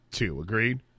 agreed